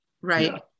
right